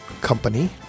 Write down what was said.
company